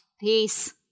peace